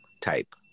type